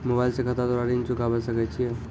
Mobile से खाता द्वारा ऋण चुकाबै सकय छियै?